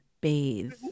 bathe